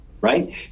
right